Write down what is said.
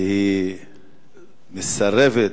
שמסרבת